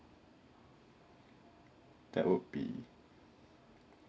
that would be